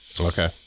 Okay